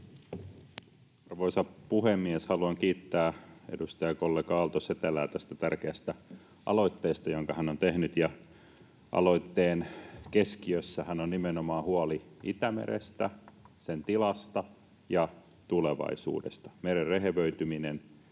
Arvoisa puhemies! Haluan kiittää edustajakollega Aalto-Setälää tästä tärkeästä aloitteesta, jonka hän on tehnyt. Ja aloitteen keskiössähän on nimenomaan huoli Itämerestä, sen tilasta ja tulevaisuudesta. Meren rehevöityminen,